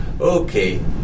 okay